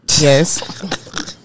yes